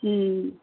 ம்